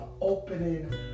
opening